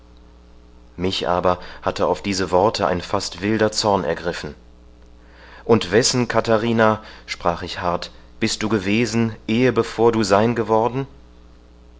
mich aber hatte auf diese worte ein fast wilder zorn ergriffen und wessen katharina sprach ich hart bist du gewesen ehe bevor du sein geworden